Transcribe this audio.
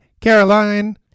Caroline